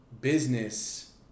business